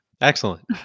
Excellent